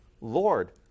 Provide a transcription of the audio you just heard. Lord